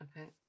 Okay